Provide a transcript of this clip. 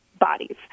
bodies